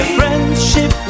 friendship